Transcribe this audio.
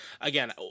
Again